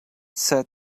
said